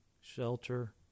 shelter